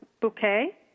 bouquet